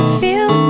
feel